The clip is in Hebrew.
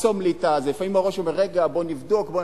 לחסום לי את, לפעמים הראש אומר, רגע, בוא נבדוק.